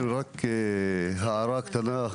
כן, רק הערה קטנה.